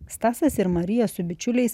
stasas ir marija su bičiuliais